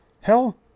hell